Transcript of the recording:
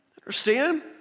Understand